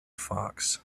fox